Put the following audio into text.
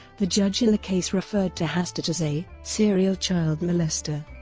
the judge in the case referred to hastert as a serial child molester